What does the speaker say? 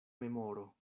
memoro